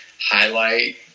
highlight